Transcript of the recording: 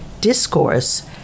discourse